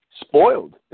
spoiled